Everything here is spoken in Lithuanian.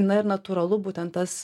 na ir natūralu būtent tas